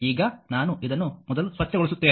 ಈಗ ನಾನು ಇದನ್ನು ಮೊದಲು ಸ್ವಚ್ಛಗೊಳಿಸುತ್ತೇನೆ